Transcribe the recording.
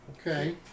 Okay